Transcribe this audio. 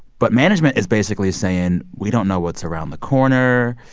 but management is basically saying, we don't know what's around the corner.